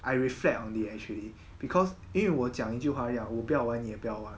I reflect on you actually because 因为我讲一句话 ha ya 我不要玩你也不要